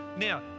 Now